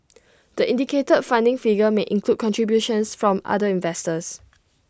the indicated funding figure may include contributions from other investors